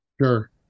Sure